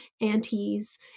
aunties